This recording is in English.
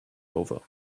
over